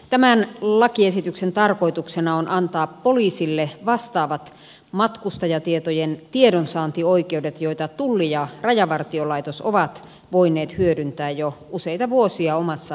tämän lakiesityksen tarkoituksena on antaa poliisille vastaavat matkustajatietojen tiedonsaantioikeudet joita tulli ja rajavartiolaitos ovat voineet hyödyntää jo useita vuosia omassa rikostorjunnassaan